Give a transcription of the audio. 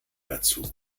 dazu